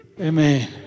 Amen